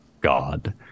god